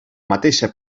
mateixa